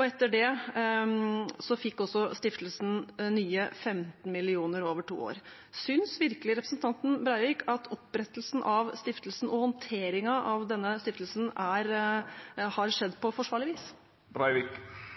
Etter det fikk stiftelsen nye 15 mill. kr over to år. Synes virkelig representanten Breivik at opprettelsen av stiftelsen og håndteringen av den har skjedd på forsvarlig vis?